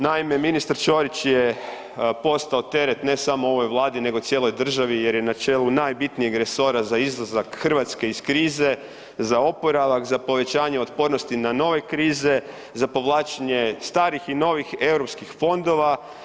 Naime, ministar Ćorić je postao teret, ne samo ovoj Vladi nego cijeloj državi jer je na čelu najbitnijeg resora za izlazak Hrvatske iz krize, za oporavak, za povećanje otpornosti na nove krize, za povlačenje starih i novih europskih fondova.